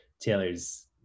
Taylor's